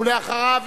ואחריו,